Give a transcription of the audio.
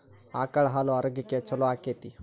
ಆಕಳ ಹಾಲು ಆರೋಗ್ಯಕ್ಕೆ ಛಲೋ ಆಕ್ಕೆತಿ?